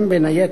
בין היתר,